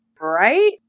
Right